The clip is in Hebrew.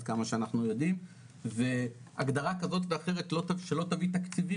עד כמה שאנחנו יודעים והגדרה כזאת ואחרת שלא תביא תקציבים,